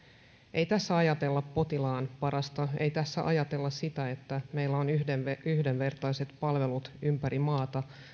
ei tässä ajatella potilaan parasta ei tässä ajatella sitä että meillä on yhdenvertaiset palvelut ympäri maata